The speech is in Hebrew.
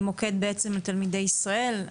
מוקד לתלמידי ישראל.